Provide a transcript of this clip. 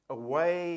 away